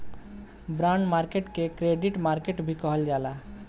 bond market के credit market भी कहल जाला